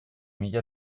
mila